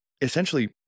essentially